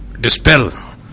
dispel